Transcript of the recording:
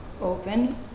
open